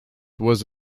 was